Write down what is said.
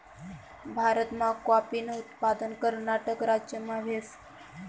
भारतमा काॅफीनं उत्पादन कर्नाटक राज्यमा व्हस